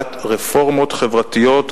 להנהגת רפורמות חברתיות,